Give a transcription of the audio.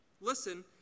listen